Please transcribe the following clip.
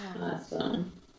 Awesome